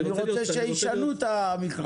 אני רוצה שישנו את המכרז.